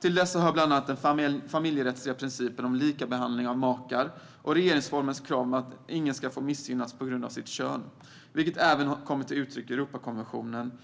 Dit hör bland annat den familjerättsliga principen om likabehandling av makar och regeringsformens krav att ingen får missgynnas på grund av sitt kön, vilket även kommer till uttryck i Europakonventionen.